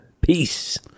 Peace